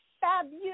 fabulous